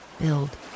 build